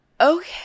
okay